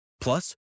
Plus